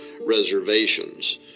reservations